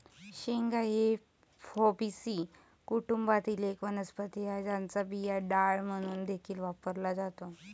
शेंगा ही फॅबीसी कुटुंबातील एक वनस्पती आहे, ज्याचा बिया डाळ म्हणून देखील वापरला जातो